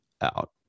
out